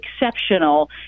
exceptional